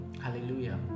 hallelujah